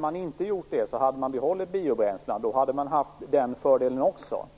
man inte hade antagit det förslaget hade man behållit biobränslena, och då hade man haft den fördelen också.